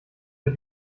der